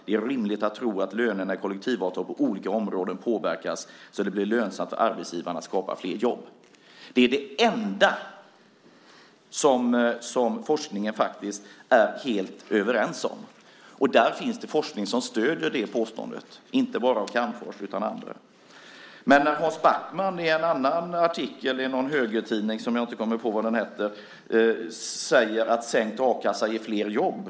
Det är också rimligt att tro att lönerna i kollektivavtal på olika områden påverkas, så att det blir lönsamt för arbetsgivarna att skapa fler jobb." Det är det enda som man i forskningen faktiskt är helt överens om. Det finns forskning som stöder det påståendet. Det stöds inte bara av Calmfors utan också av andra. Men Hans Backman säger i en annan artikel i någon högertidning - jag kommer inte på vad den heter - att sänkt a-kassa ger flera jobb.